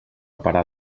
parar